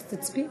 אז תצביע.